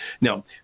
Now